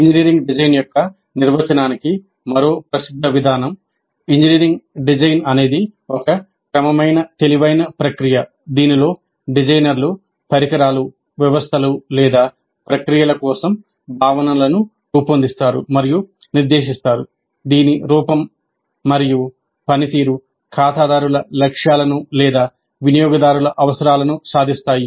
engineering design యొక్క నిర్వచనానికి మరో ప్రసిద్ధ విధానం ఇంజనీరింగ్ డిజైన్ అనేది ఒక క్రమమైన తెలివైన ప్రక్రియ దీనిలో డిజైనర్లు పరికరాలు వ్యవస్థలు లేదా ప్రక్రియల కోసం భావనలను రూపొందిస్తారు మరియు నిర్దేశిస్తారు దీని రూపం మరియు పనితీరు ఖాతాదారుల లక్ష్యాలను లేదా వినియోగదారుల అవసరాలను సాధిస్తాయి